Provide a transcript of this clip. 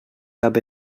cap